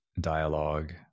dialogue